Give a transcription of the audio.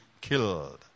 killed